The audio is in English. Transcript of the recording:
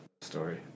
story